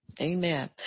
Amen